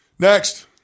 Next